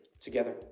together